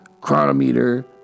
chronometer